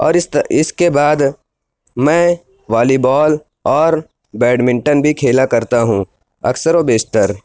اور اِس طرح اِس کے بعد میں والی بال اور بیڈمنٹن بھی کھیلا کرتا ہوں اکثر و بیشتر